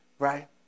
Right